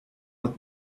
with